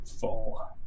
full